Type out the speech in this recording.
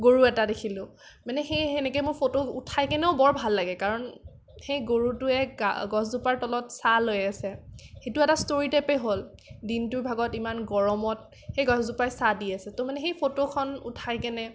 গৰু এটা দেখিলো মানে সেই সেনেকে মই ফটো উঠাই কিনেও বৰ ভাল লাগে কাৰণ সেই গৰুটোৱে গা গছজোপাৰ তলত ছাঁ লৈ আছে সেইটো এটা ষ্টৰি টাইপে হ'ল দিনটোৰ ভাগত ইমান গৰমত সেই গছজোপাই ছাঁ দি আছে ত' মানে সেই ফটোখন উঠাইকেনে